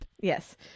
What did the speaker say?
Yes